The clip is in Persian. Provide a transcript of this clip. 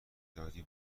داری